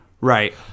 right